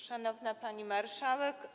Szanowna Pani Marszałek!